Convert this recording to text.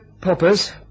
Poppers